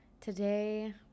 Today